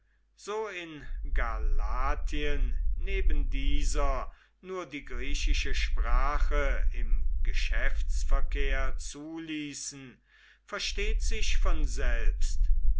so in galatien neben dieser nur die griechische sprache im geschäftsverkehr zuließen versteht sich von selbst